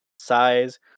size